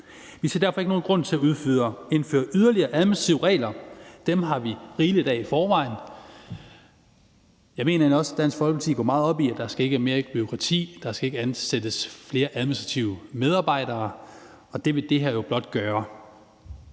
Vi ser derfor ikke nogen grund til at indføre yderligere administrative regler. Dem har vi rigeligt af i forvejen. Jeg mener egentlig også, at Dansk Folkeparti går meget op i, at der ikke skal være mere bureaukrati, at der ikke skal ansættes flere administrative medarbejdere, og det vil det her jo blot medføre.